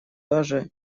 даже